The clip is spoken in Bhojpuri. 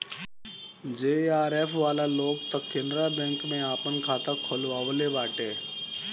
जेआरएफ वाला लोग तअ केनरा बैंक में आपन खाता खोलववले बाटे